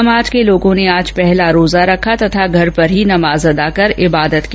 समाज के लोगों ने आज पहला रोजा रखा तथा घर पर ही नमाज अदा कर इबादत की